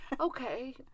Okay